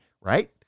Right